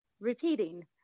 Repeating